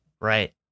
Right